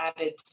added